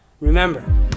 remember